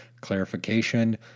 Clarification